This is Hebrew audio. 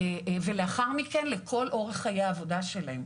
ולאחר מכן לכל אורך חיי העבודה שלהם.